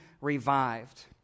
revived